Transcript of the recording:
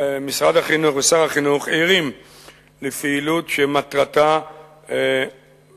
משרד החינוך ושר החינוך ערים לפעילות שמטרתה מניעת